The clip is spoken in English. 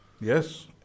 Yes